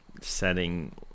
setting